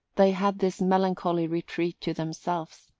they had this melancholy retreat to themselves,